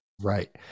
Right